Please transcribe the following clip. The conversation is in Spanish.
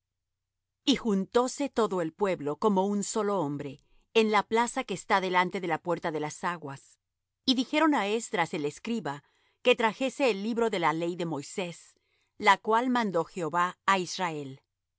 y juntose todo el pueblo como un solo hombre en la plaza que está delante de la puerta de las aguas y dijeron á esdras el escriba que trajese el libro de la ley de moisés la cual mandó jehová á israel